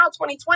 2020